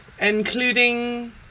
including